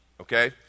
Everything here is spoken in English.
okay